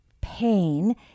pain